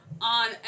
on